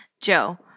Joe